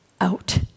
out